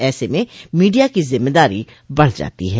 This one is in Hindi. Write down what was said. ऐसे में मीडिया की जिम्मेदारी बढ़ जाती है